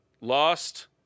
Lost